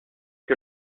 que